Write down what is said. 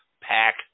pack